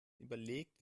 überlegt